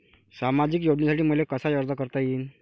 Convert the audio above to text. सामाजिक योजनेसाठी मले कसा अर्ज करता येईन?